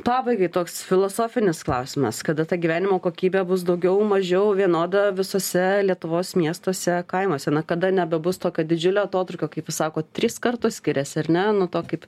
pabaigai toks filosofinis klausimas kada ta gyvenimo kokybė bus daugiau mažiau vienoda visuose lietuvos miestuose kaimuose nuo kada nebebus tokio didžiulio atotrūkio kaip jūs sakot tris kartus skiriasi ar ne nuo to kaip